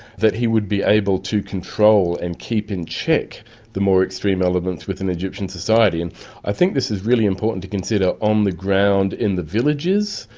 that he would be able to control and keep in check the more extreme elements within egyptian society. and i think this is really important to consider on the ground, in the villages.